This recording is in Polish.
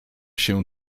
się